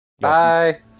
Bye